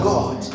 God